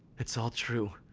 it's all true.